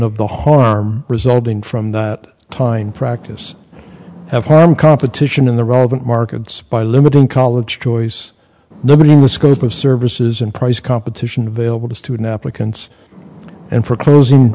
of the harm resulting from that tying practice have harmed competition in the relevant markets by limiting college choice no one in the scope of services and price competition available to students applicants and for closing